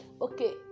okay